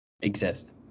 exist